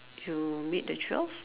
you meet the twelve